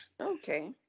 Okay